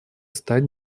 стать